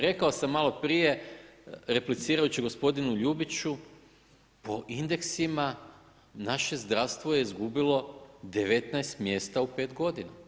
Rekao sam maloprije, replicirajući gospodinu Ljubiću po indeksima naše zdravstvo je izgulilo 19 mjesta u 5 godina.